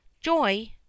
Joy